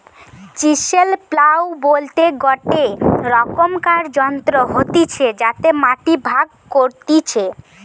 chisel plough বলতে গটে রকমকার যন্ত্র হতিছে যাতে মাটি ভাগ করতিছে